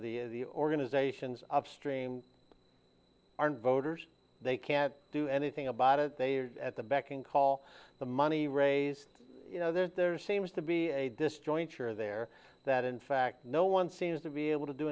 the the organizations upstream aren't voters they can't do anything about it they are at the beck and call the money raise you know that there seems to be a disjoint sure there that in fact no one seems to be able to do